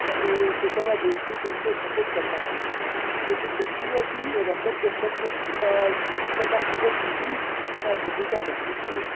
અને પોતાના દેશની ટીમને સપોર્ટ કરતા હોય છે જેથી ટૅકનોલોજી એ રમત ગમતને ના ક્ષેત્રમાં ખૂબ જ મોટી ભૂમિકા ભજવી છે